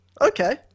Okay